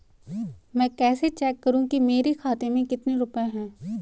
मैं कैसे चेक करूं कि मेरे खाते में कितने रुपए हैं?